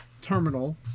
terminal